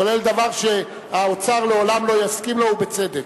דבר שהאוצר לעולם לא יסכים לו, ובצדק.